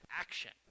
action